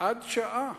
עד שעה.